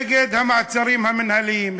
נגד המעצרים המינהליים,